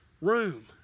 room